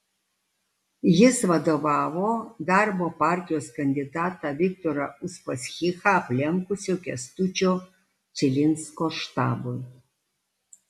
jis vadovavo darbo partijos kandidatą viktorą uspaskichą aplenkusio kęstučio čilinsko štabui